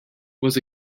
was